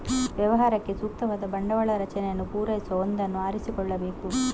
ವ್ಯವಹಾರಕ್ಕೆ ಸೂಕ್ತವಾದ ಬಂಡವಾಳ ರಚನೆಯನ್ನು ಪೂರೈಸುವ ಒಂದನ್ನು ಆರಿಸಿಕೊಳ್ಳಬೇಕು